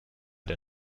der